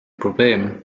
probleem